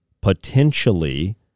potentially